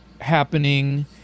happening